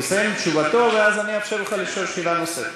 הוא יסיים את תשובתו ואז אאפשר לך לשאול שאלה נוספת.